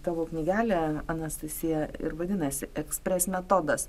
tavo knygelė anastasija ir vadinasi ekspres metodas